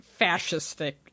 fascistic